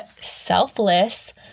selfless